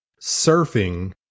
surfing